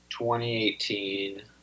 2018